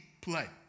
play